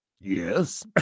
Yes